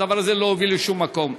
הדבר הזה לא הוביל לשום מקום.